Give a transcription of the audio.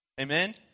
Amen